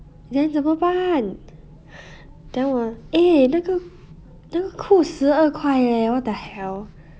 then 怎么办 then 我 eh 那个那个裤十二块 leh what the hell